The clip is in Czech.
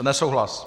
Nesouhlas.